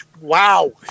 Wow